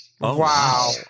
Wow